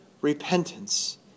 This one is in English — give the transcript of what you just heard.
repentance